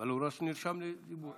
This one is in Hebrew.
אבל הוא נרשם לדיבור.